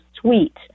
sweet